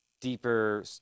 deeper